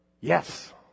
yes